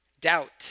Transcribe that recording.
Doubt